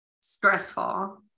stressful